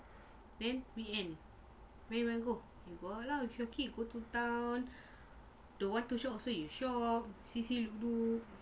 then weekend where you want to go go out lah with your kid go to town don't want to shop also you shop see see look look